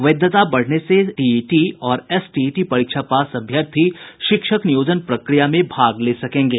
वैधता बढ़ने से टीईटी और एसटीईटी परीक्षा पास अभ्यर्थी शिक्षक नियोजन प्रक्रिया में भाग ले सकेंगे